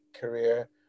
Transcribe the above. career